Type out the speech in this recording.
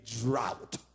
drought